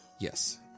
Yes